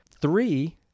Three